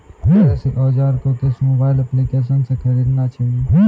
कृषि औज़ार को किस मोबाइल एप्पलीकेशन से ख़रीदना चाहिए?